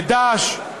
וד"ש,